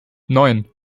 neun